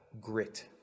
grit